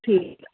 ठीकु